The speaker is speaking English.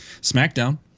SmackDown